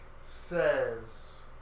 says